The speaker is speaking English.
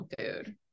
food